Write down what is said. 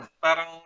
parang